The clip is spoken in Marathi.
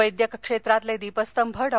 वैद्यक क्षेत्रातील दीपस्तंभ डॉ